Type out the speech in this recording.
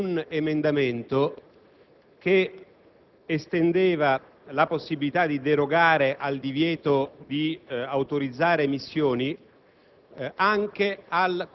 il disegno di legge che stiamo per approvare è stato licenziato dalla Commissione con parere unanime.